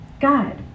God